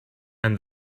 and